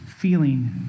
Feeling